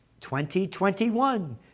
2021